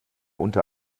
unter